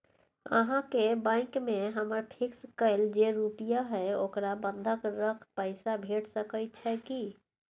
अहाँके बैंक में हमर फिक्स कैल जे रुपिया हय ओकरा बंधक रख पैसा भेट सकै छै कि?